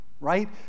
Right